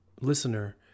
listener